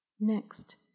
Next